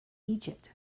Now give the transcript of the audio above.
egypt